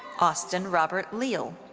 austin robert leal.